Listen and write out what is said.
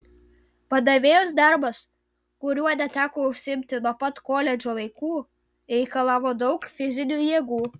padavėjos darbas kuriuo neteko užsiimti nuo pat koledžo laikų reikalavo daug fizinių jėgų